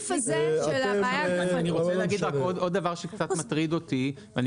אני רוצה להגיד עוד דבר שקצת מטריד אותי ואני